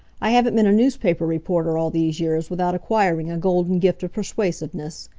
i haven't been a newspaper reporter all these years without acquiring a golden gift of persuasiveness.